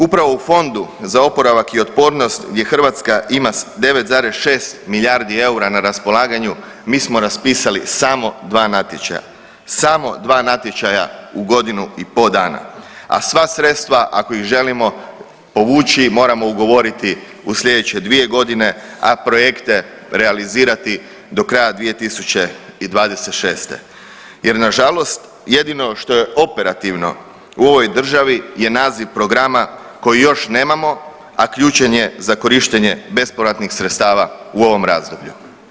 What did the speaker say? Upravo u fondu za oporavak i otpornost gdje Hrvatska ima 9,6 milijardi eura na raspolaganju mi smo raspisali samo dva natječaja, samo dva natječaja u godinu i po dana, a sva sredstava ako ih želimo povući moramo ugovoriti u slijedeće 2.g., a projekte realizirati do kraja 2026. jer nažalost jedino što je operativno u ovoj državi je naziv programa koji još nemamo, a ključan je za korištenje bespovratnih sredstava u ovom razdoblju.